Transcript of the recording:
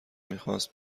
میخواست